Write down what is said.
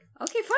Okay